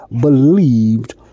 believed